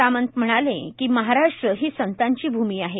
सामंत म्हणाले की महाराष्ट्र ही संतांची भूमी आहे